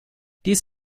dies